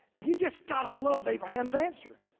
if you just gotta love abraham's answer,